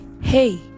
Hey